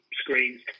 screens